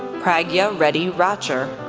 pragya reddy rachur,